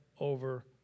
over